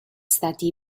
stati